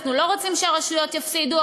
אנחנו לא רוצים שהרשויות יפסידו,